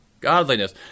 Godliness